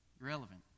Irrelevant